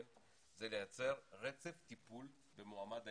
בו זה לייצר רצף טיפול במועמד עלייה.